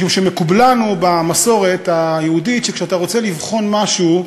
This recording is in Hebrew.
משום שמקובלנו במסורת היהודית שכשאתה רוצה לבחון משהו,